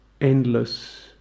endless